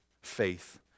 faith